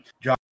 John